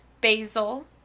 basil